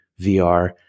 VR